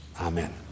Amen